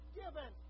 given